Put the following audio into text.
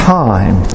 time